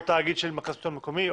או תאגיד של מרכז השלטון המקומי,